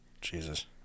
Jesus